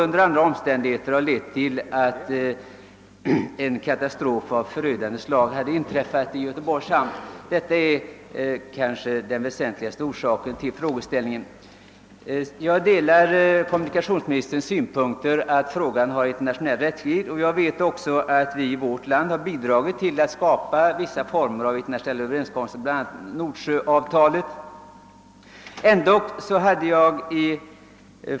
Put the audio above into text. Under andra förhållanden kunde en förödande katastrof ha inträffat. Jag delar kommunikationsministerns åsikt att frågan har internationell räckvidd, och jag vet också att vi i vårt land har bidragit till att vissa internationella överenskommelser, bland annat Nordsjöavtalet, har kunnat träffas.